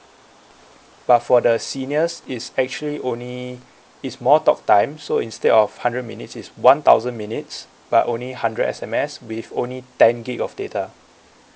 but for the seniors it's actually only is more talk time so instead of hundred minutes is one thousand minutes but only hundred S_M_S with only ten gig of data